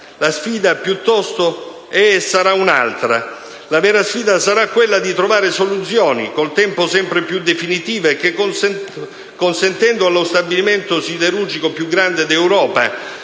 La sfida, piuttosto, è e sarà un'altra: la vera sfida sarà quella di trovare soluzioni col tempo sempre più definitive che, consentendo allo stabilimento siderurgico più grande d'Europa